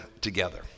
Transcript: together